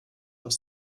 aus